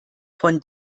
von